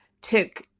took